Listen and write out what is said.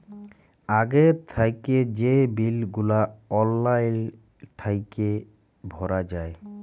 আগে থ্যাইকে যে বিল গুলা অললাইল থ্যাইকে ভরা যায়